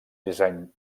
disseny